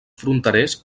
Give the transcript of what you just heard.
fronterers